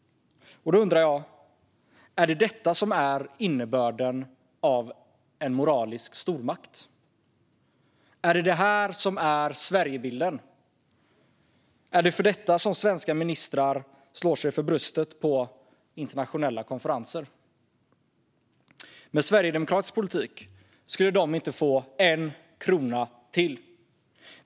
Då undrar jag: Är det detta som är innebörden av moralisk stormakt? Är det detta som är Sverigebilden? Är det för detta som svenska ministrar slår sig för bröstet på internationella konferenser? Med sverigedemokratisk politik skulle de inte få en krona till.